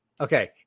Okay